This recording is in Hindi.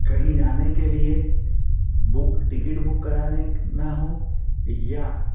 कहीं जाने के लिए बुक टिकट बुक कराना हो या